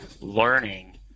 learning